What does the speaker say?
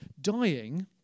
dying